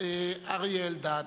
אריה אלדד.